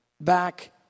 back